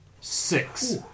Six